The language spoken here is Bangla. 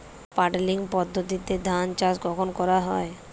পাডলিং পদ্ধতিতে ধান চাষ কখন করা হয়?